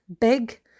big